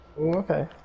Okay